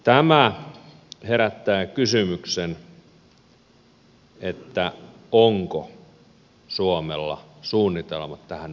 tämä herättää kysymyksen onko suomella suunnitelma tähän muuttuneeseen tilanteeseen